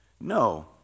No